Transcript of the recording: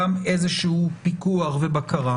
גם איזשהו פיקוח ובקרה.